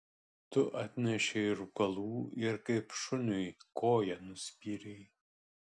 tu atnešei rūkalų ir kaip šuniui koja nuspyrei